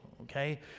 Okay